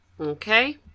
Okay